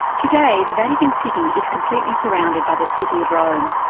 today, the vatican city is completely surrounded by the city of rome.